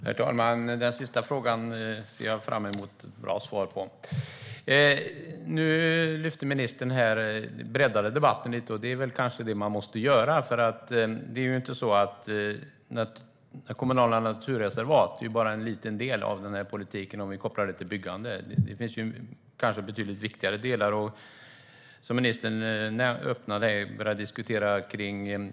Herr talman! Den senaste frågan ser jag fram emot att få ett bra svar på. Nu breddade ministern debatten lite, och det är väl kanske det man måste göra. Kommunala naturreservat är nämligen bara en liten del av den här politiken om vi kopplar det till byggande. Det finns kanske betydligt viktigare delar som ministern öppnade för att diskutera.